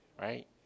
Right